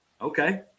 okay